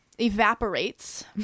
evaporates